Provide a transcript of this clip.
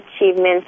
achievements